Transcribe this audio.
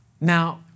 Now